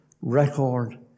record